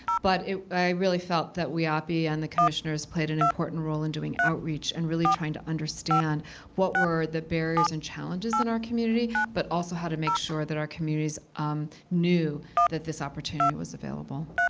but i really felt that whiaapi and the commissioners played an important role in doing outreach and really trying to understand what were the barriers and challenges in our community, but also how to make sure that our communities knew that this opportunity was available.